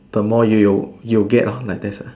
the more you you you get lor like there's a